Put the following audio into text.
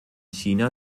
china